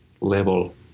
level